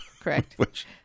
Correct